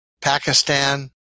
Pakistan